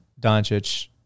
Doncic